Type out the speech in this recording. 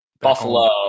Buffalo